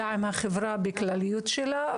אלא עם החברה בכללותה.